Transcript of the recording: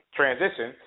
transition